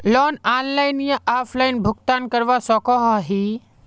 Loan online या offline भुगतान करवा सकोहो ही?